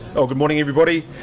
good morning, everybody.